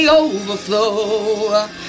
overflow